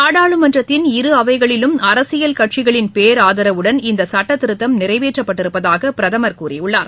நாடாளுமன்றத்தின் இரு அவைகளிலும் அரசியல் கட்சிகளின் பேராதரவுடன் இந்த சுட்டத்திருத்தம் நிறைவேற்றப்பட்டிருப்பதாக பிரதமர் கூறியுள்ளார்